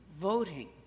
voting